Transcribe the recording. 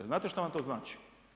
Znate što vam to znači?